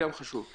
חשוב לא פחות.